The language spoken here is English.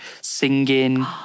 singing